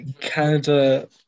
Canada